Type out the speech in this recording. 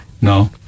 No